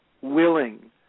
willing